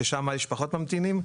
שם יש פחות ממתינים,